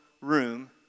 room